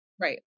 Right